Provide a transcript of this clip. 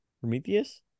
Prometheus